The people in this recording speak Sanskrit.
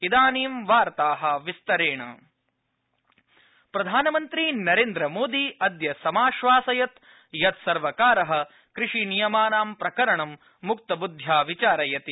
इदानीं वार्ताः विस्तरेण प्रधानमन्त्री सर्वदलीयमुपवेशनम् प्रधानमन्त्री नरेन्द्र मोदी अद्य समाश्वसयत् यत् सर्वकार कृषिनियमानां प्रकरणं मुक्तबुद्ध्या विचारयति